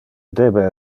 debe